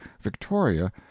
victoria